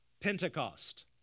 Pentecost